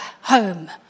home